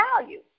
value